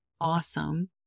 awesome